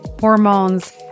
hormones